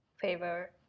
favor